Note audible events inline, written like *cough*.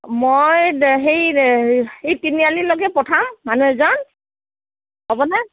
মই *unintelligible* সেই *unintelligible* সেই তিনিআলিলৈকে পঠাম মানুহ এজন হ'বনে